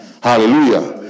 Hallelujah